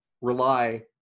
rely